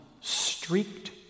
streaked